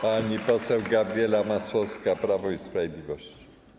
Pani poseł Gabriela Masłowska, Prawo i Sprawiedliwość.